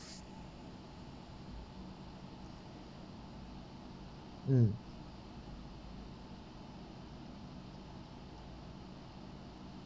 mm